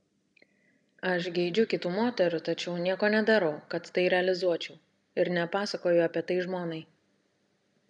aš geidžiu kitų moterų tačiau nieko nedarau kad tai realizuočiau ir nepasakoju apie tai žmonai